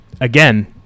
again